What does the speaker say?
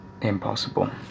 impossible